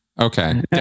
Okay